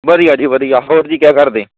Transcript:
ਵਧੀਆ ਜੀ ਵਧੀਆ ਹੋਰ ਜੀ ਕਿਆ ਕਰਦੇ